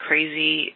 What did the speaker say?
Crazy